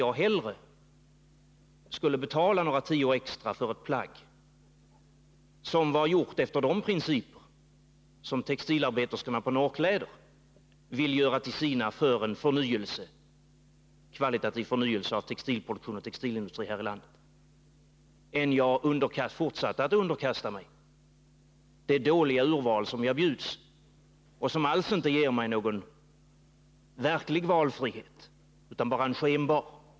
Jag skulle hellre betala några tior extra för ett plagg som är gjort efter de principer som textilarbeterskorna på Norrkläder vill göra till sina för en kvalitativ förnyelse av textilproduktionen här i landet än jag fortsätter att underkasta mig det dåliga urval som jag bjuds och som alls inte ger mig någon verklig valfrihet utan bara en skenbar.